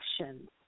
actions